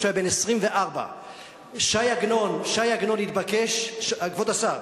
כשהוא היה בן 24. כבוד השר,